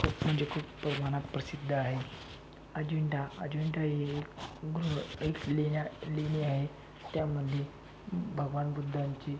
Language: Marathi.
खूप म्हणजे खूप प्रमाणात प्रसिद्ध आहे अजिंठा अजिंठा ही एक घृ एक लेण्या लेणी आहे त्यामध्ये भगवान बुद्धांची